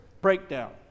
breakdown